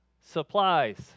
supplies